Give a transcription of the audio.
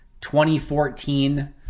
2014